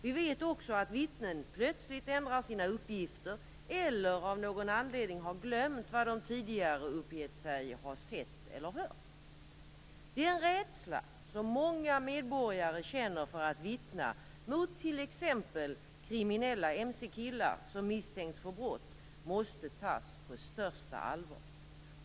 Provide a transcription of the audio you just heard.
Vi vet också att vittnen plötsligt ändrar sina uppgifter eller av någon anledning har glömt vad de tidigare uppgett sig ha sett eller hört. Den rädsla som många medborgare känner för att vittna mot t.ex. kriminella mc-killar som misstänks för brott måste tas på största allvar.